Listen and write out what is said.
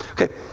Okay